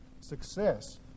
Success